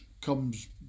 comes